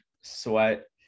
Sweat